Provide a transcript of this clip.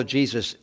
Jesus